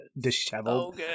disheveled